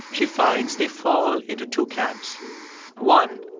she finds they fall into two camps one,